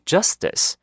Justice